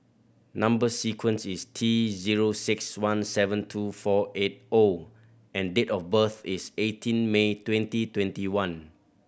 number sequence is T zero six one seven two four eight O and date of birth is eighteen May twenty twenty one